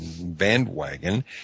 bandwagon